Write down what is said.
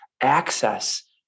access